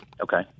Okay